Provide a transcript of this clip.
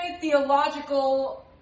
theological